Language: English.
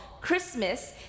Christmas